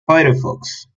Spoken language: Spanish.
firefox